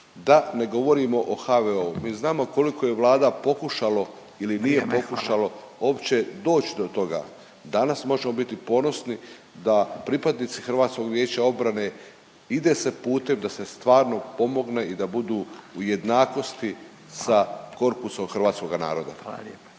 da ne govorimo o HVO-u. Mi znamo koliko je Vlada pokušalo…/Upadica Radin: Vrijeme, hvala./…ili nije pokušalo uopće doć do toga. Danas možemo biti ponosni da pripadnici HVO-a ide se putem da se stvarno pomogne i da budu u jednakosti sa korpusom hrvatskoga naroda.